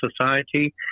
society